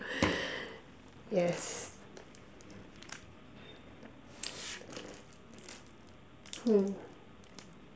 yes hmm